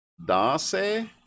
Dase